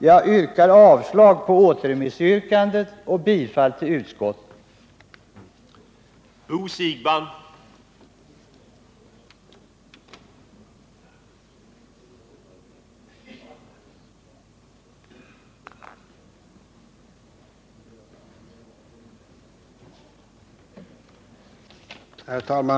Jag yrkar avslag på återremissyrkandet och bifall till utskottets förslag.